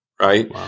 Right